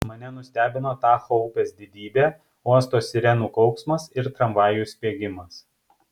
mane nustebino tacho upės didybė uosto sirenų kauksmas ir tramvajų spiegimas